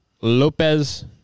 Lopez